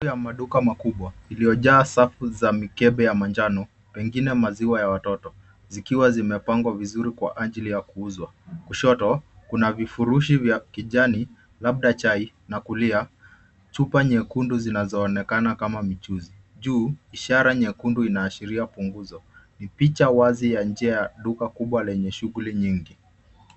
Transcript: Duka makubwa iliyojaa safu za mikebe ya manjano pengine maziwa ya watoto zikiwa zimepangwa vizuri kwa ajili ya kuuzwa. Kushoto kuna vifurishi vya kijani labda chai na kulia chupa nyekundu zinazoonekana kama michuzi. Juu ishara nyekundu inaashiria punguzo ni picha wazi lenye shughuli nyingi.